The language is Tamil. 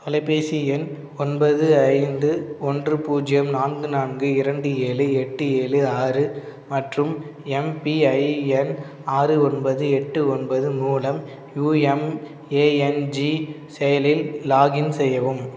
தொலைபேசி எண் ஒன்பது ஐந்து ஒன்று பூஜ்ஜியம் நான்கு நான்கு இரண்டு ஏழு எட்டு ஏழு ஆறு மற்றும் எம்பிஐஎன் ஆறு ஒன்பது எட்டு ஒன்பது மூலம் யூஎம்ஏஎன்ஜி செயலியில் லாகின் செய்யவும்